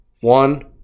One